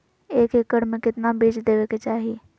एक एकड़ मे केतना बीज देवे के चाहि?